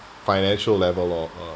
financial level lor